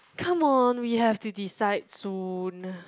come on we have to decide soon